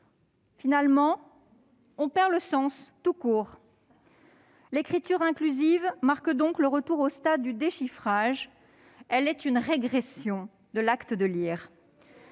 finalement le sens tout court. L'écriture inclusive marque le retour au stade du déchiffrage ; elle est une régression de l'acte de lire.